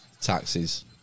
taxes